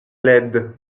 laides